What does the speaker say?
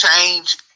Change